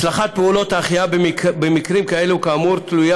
הצלחת פעולות ההחייאה במקרים כאלה היא כאמור תלויה